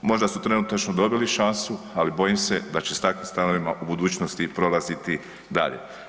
Možda su trenutačno dobili šansu, ali bojim se da će s takvim stavovima u budućnosti prolaziti dalje.